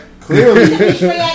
clearly